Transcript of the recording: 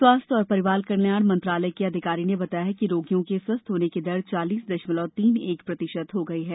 स्वास्थ्य और परिवार कल्याण मंत्रालय के अधिकारी ने बताया कि रोगियों के स्वस्थ होने की दर चालीस दशमलव तीन एक प्रतिशत हो गई है